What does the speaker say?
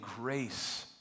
grace